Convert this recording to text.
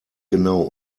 genau